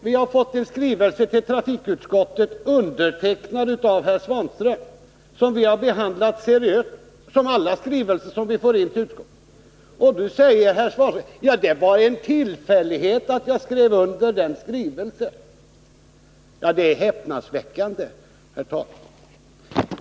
Vi har till trafikutskottet fått in en av herr Svanström undertecknad skrivelse, som vi har behandlat seriöst — liksom alla skrivelser som vi får in till utskottet — men nu får vi det beskedet från herr Svanström att det var en tillfällighet att han skrev under den skrivelsen. Det är häpnadsväckande, herr talman.